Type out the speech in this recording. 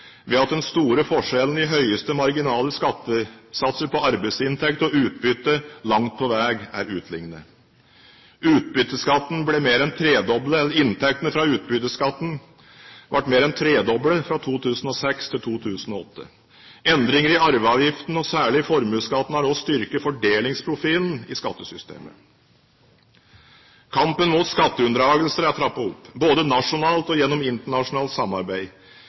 ved at den store forskjellen i høyeste marginale skattesatser på arbeidsinntekt og på utbytte langt på vei er utlignet. Inntektene fra utbytteskatten ble mer enn tredoblet fra 2006 til 2008. Endringer i arveavgiften og særlig i formuesskatten har også styrket fordelingsprofilen i skattesystemet. Kampen mot skatteunndragelser er trappet opp, både nasjonalt og gjennom internasjonalt samarbeid,